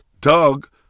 Doug